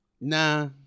Nah